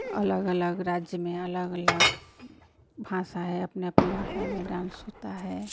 अलग अलग राज्य में अलग अलग भाषा है अपनी अपनी भाषा में डान्स होता है